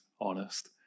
honest